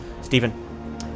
Stephen